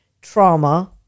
trauma